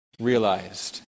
realized